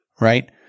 right